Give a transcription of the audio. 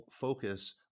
focus